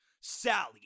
Sally